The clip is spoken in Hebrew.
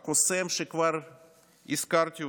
הקוסם שכבר הזכרתי,